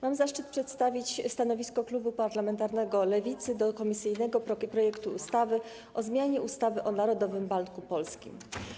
Mam zaszczyt przedstawić stanowisko klubu parlamentarnego Lewicy wobec komisyjnego projektu ustawy o zmianie ustawy o Narodowym Banku Polskim.